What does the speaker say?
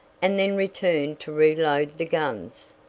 and then returned to reload the guns.